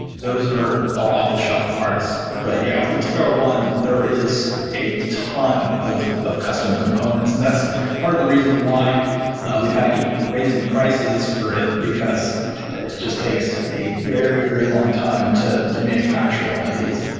those are all off-the-shelf parts. but yeah, with the t r one, there is a ton of of custom components, and that's part of the reason why we've had to keep raising the prices for it, because it just takes a very, very long time to to manufacture one of these.